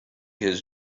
his